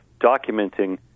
documenting